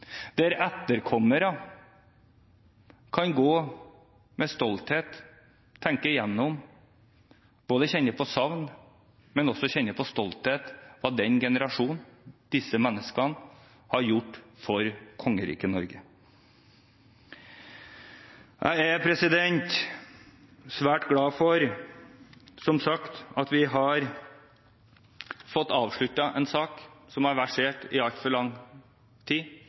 Der kan etterkommere gå med stolthet, tenke gjennom, kjenne på savn, men også kjenne på stolthet over hva denne generasjonen – disse menneskene – har gjort for Kongeriket Norge. Jeg er som sagt svært glad for at vi har fått avsluttet en sak som har versert i altfor lang tid,